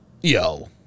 Yo